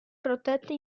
protette